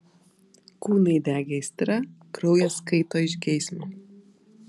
kūnai degė aistra kraujas kaito iš geismo